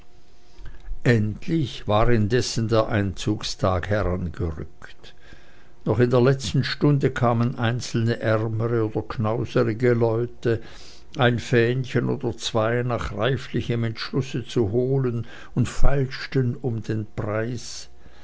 endlich war indessen der einzugstag herangerückt noch in der letzten stunde kamen einzelne ärmere oder knauserige leute ein fähnchen oder zwei nach reiflichem entschlusse zu holen und feilschten um den preis